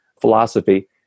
philosophy